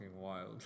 wild